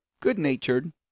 good-natured